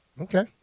Okay